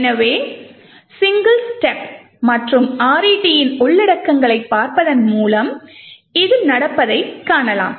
எனவே single step மற்றும் RET இன் உள்ளடக்கங்களைப் பார்ப்பதன் மூலம் இது நடப்பதைக் காணலாம்